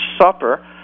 supper